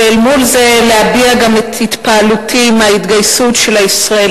ואל מול זה להביע גם את התפעלותי מההתגייסות של הישראלים,